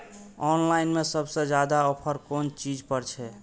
Online में सबसे ज्यादा ऑफर कोन चीज पर छे?